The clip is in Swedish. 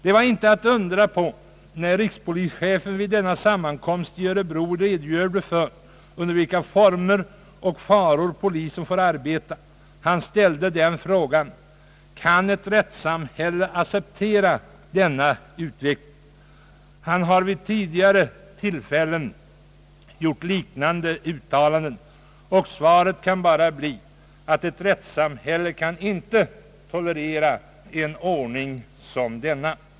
Det är inte att undra på att rikspolischefen, när han vid en sammankomst i Örebro redogjorde för under vilka former och faror polisen får arbeta, ställde frågan: »Kan ett rättssamhälle acceptera denna utveckling?» Han har vid tidigare tillfällen gjort liknande uttalanden. Svaret kan bara bli, att ett rättssamhälle inte kan tolerera en ordning som denna.